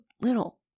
little